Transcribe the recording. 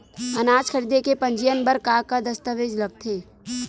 अनाज खरीदे के पंजीयन बर का का दस्तावेज लगथे?